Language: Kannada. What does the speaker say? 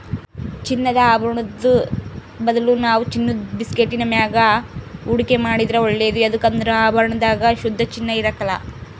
ಚಿನ್ನದ ಆಭರುಣುದ್ ಬದಲು ನಾವು ಚಿನ್ನುದ ಬಿಸ್ಕೆಟ್ಟಿನ ಮ್ಯಾಗ ಹೂಡಿಕೆ ಮಾಡಿದ್ರ ಒಳ್ಳೇದು ಯದುಕಂದ್ರ ಆಭರಣದಾಗ ಶುದ್ಧ ಚಿನ್ನ ಇರಕಲ್ಲ